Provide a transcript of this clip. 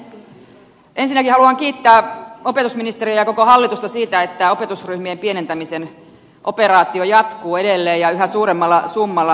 ensinnäkin haluan kiittää opetusministeriä ja koko hallitusta siitä että opetusryhmien pienentämisen operaatio jatkuu edelleen ja yhä suuremmalla summalla